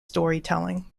storytelling